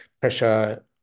pressure